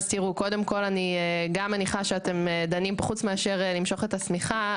חוץ מאשר למשוך את השמיכה,